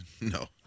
No